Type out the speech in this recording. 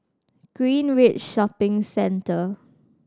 Greenridge Shopping Centre